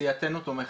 סיעתנו תומכת.